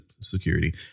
security